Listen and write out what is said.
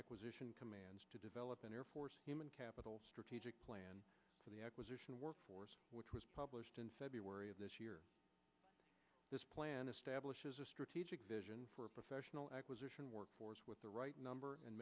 acquisition commands to develop an air force human capital strategic plan for the acquisition workforce which was published in february of this year this plan establishes a strategic vision for a professional acquisition workforce with the right number and